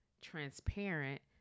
transparent